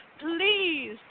please